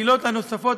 העילות הנוספות,